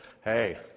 hey